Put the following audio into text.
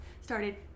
started